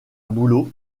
bouleau